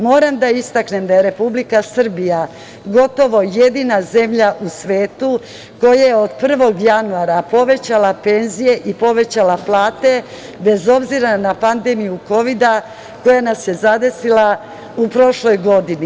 Moram da istaknem da je Republika Srbija gotovo jedina zemlja u svetu koja je od 1. januara povećala penzije i povećala plate, bez obzira na pandemiju kovida koja nas je zadesila u prošloj godini.